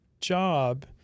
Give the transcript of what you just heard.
job